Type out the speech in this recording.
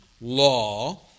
law